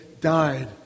died